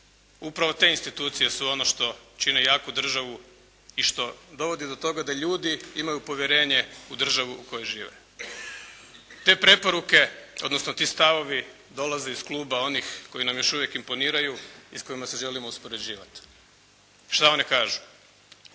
Upravo te institucije su ono što čine jaku državu i što dovodi do toga da ljudi imaju povjerenje u državu u kojoj žive. Te preporuke, odnosno ti stavovi dolaze iz kluba onih koji nam još uvijek imponiraju i s kojima se želimo uspoređivati. Šta one kažu?